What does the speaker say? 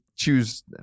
Choose